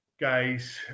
guys